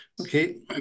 Okay